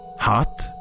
Hot